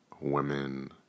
women